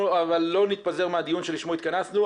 אנחנו לא נתפזר מהדיון שלשמו התכנסנו,